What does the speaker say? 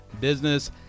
business